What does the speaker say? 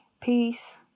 peace